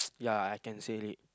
ya I can say it